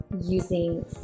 using